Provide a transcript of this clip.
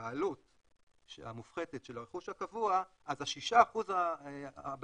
העלות המופחתת של הרכוש הקבוע אז ה-6% הבאים,